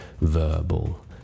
verbal